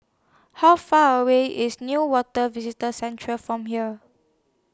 How Far away IS Newater Visitor Centre from here